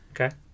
Okay